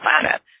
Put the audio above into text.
planet